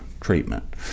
treatment